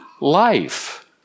life